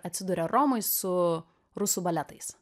atsiduria romoj su rusų baletais